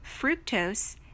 Fructose